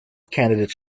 candidates